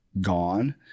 gone